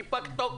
כי פג תוקף.